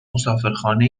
مسافرخانه